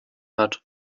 hat